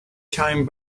time